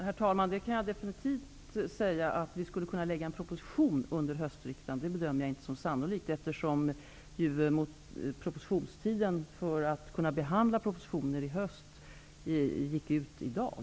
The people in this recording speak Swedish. Herr talman! Jag bedömer det inte som sannolikt att vi kan lägga fram en proposition under höstriksdagen. Sista dagen för att lägga fram propositioner som skall behandlas i höst var i dag.